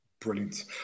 Brilliant